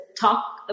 talk